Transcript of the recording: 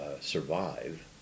survive